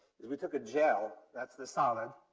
we took a gel, that's the solid,